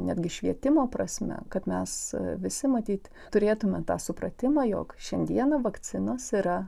netgi švietimo prasme kad mes visi matyt turėtume tą supratimą jog šiandieną vakcinos yra